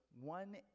one